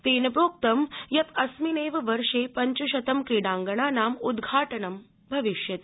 तेन प्रोक्तं यत् अस्मिन् एव वर्षे पञ्चशतम् क्रीडांगणानां उद्घाटनं भविष्यति